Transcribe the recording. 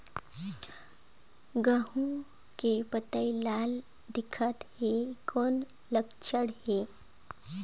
गहूं के पतई लाल दिखत हे कौन लक्षण हे?